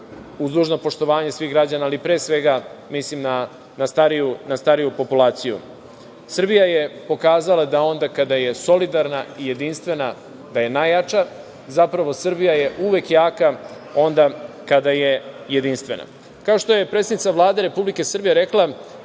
uz dužno poštovanje svih građana, ali pre svega mislim na stariju populaciju. Srbija je pokazala da onda kada je solidarna i jedinstvena da je najjača, zapravo Srbija je uvek jaka onda kada je jedinstvena. Kao što je predsednica Vlade Republike Srbije rekla,